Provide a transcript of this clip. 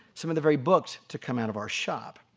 some of the very books to come out of our shop.